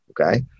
Okay